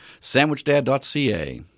sandwichdad.ca